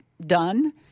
done